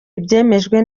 ibyemejwe